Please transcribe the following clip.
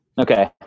Okay